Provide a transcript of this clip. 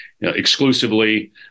exclusively